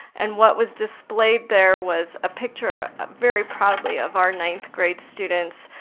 and what was displayed there was a picture very proudly of our ninth grade students.